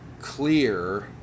clear